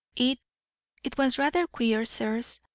it it was rather queer, sirs,